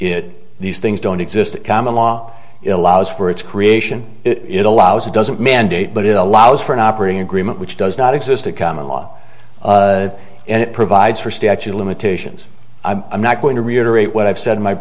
it these things don't exist common law it allows for its creation it allows it doesn't mandate but it allows for an operating agreement which does not exist a common law and it provides for statute limitations i'm not going to reiterate what i've said in my